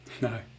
No